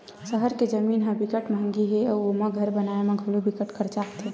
सहर के जमीन ह बिकट मंहगी हे अउ ओमा घर बनाए म घलो बिकट खरचा आथे